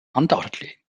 undoubtedly